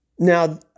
Now